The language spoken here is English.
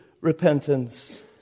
repentance